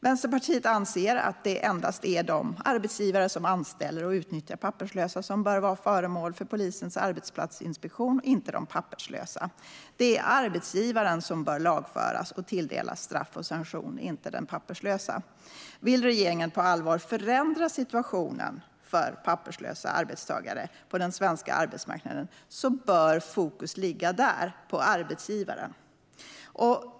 Vänsterpartiet anser att det endast är de arbetsgivare som anställer och utnyttjar papperslösa som bör vara föremål för polisens arbetsplatsinspektion - inte de papperslösa. Det är arbetsgivaren som bör lagföras och tilldelas straff och sanktion - inte de papperslösa. Om regeringen på allvar vill förändra situationen för papperslösa arbetstagare på den svenska arbetsmarknaden bör fokus ligga på arbetsgivarna.